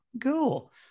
cool